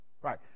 right